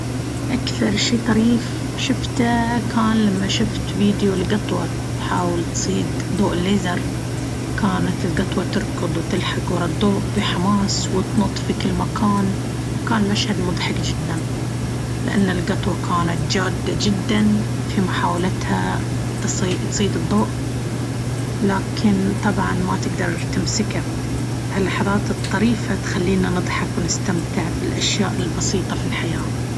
أكثر شيء طريف شفته كان لما شفت فيديو لقطوة تحاول تصيد ضوء الليزر. كانت القطوة تركض وتلحق ورا الضوء بحماس، وتنط في كل مكان. كان المشهد مضحك جدًا لأن القطوة كانت جادة جدًا في محاولتها تصيّد-تصيد الضوء، لكن طبعًا ما تقدر تمسكه. هاللحظات الطريفة تخلينا نضحك ونستمتع بالأشياء البسيطة في الحياة.